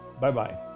Bye-bye